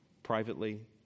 Privately